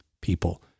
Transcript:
people